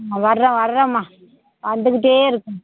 ஆ வரோம் வரேம்மா வந்துகிட்டே இருக்கோம்